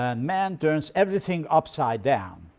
ah and man turns everything upside down.